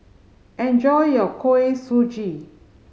enjoy your Kuih Suji